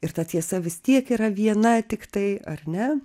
ir ta tiesa vis tiek yra viena tiktai ar ne